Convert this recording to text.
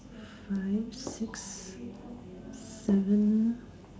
five six seven